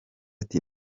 ati